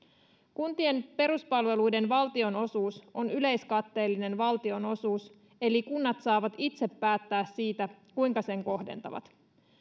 kuntien peruspalveluiden valtionosuus on yleiskatteellinen valtionosuus eli kunnat saavat itse päättää siitä kuinka sen kohdentavat